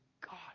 God